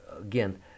again